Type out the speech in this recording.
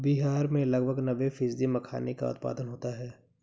बिहार में लगभग नब्बे फ़ीसदी मखाने का उत्पादन होता है